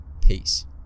Peace